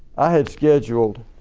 i had scheduled